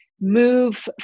move